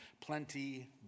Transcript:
plenty